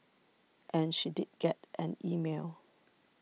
and she did get an email